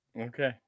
Okay